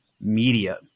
media